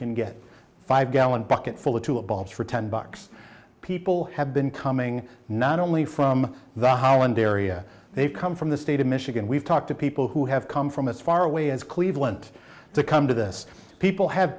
can get a five gallon bucket full of two a balls for ten bucks people have been coming not only from the holland area they've come from the state of michigan we've talked to people who have come from as far away as cleveland to come to this people have